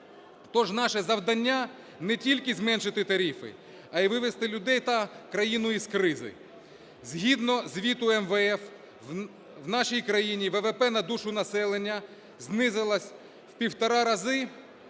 Отож наше завдання не тільки зменшити тарифи, а й вивести людей та країну із кризи. Згідно звіту МВФ, в нашій країні ВВП на душу населення знизилося в 1,5 рази